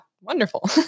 Wonderful